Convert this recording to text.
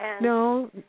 No